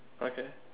okay